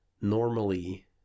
normally